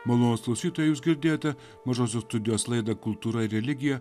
malonūs klausytojus jūs girdėjote mažosios studijos laida kultūra ir religija